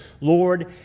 Lord